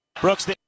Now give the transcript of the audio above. Brooks